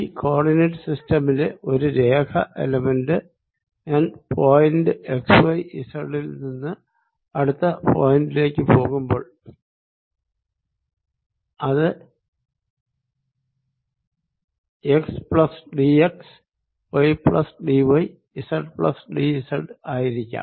ഈ coordinate സിസ്റ്റമിലെ ഒരു രേഖ എലമെന്റ് ഞാൻ പോയിന്റ് എക്സ്വൈസെഡ് ൽ നിന്ന് അടുത്ത പോയിന്റി ലേക്ക് പോകുമ്പോൾ അത് x plus d x y plus d y z plus d z ആയിരിക്കാം